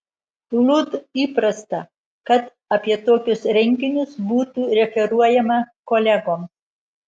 lud įprasta kad apie tokius renginius būtų referuojama kolegoms